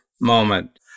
moment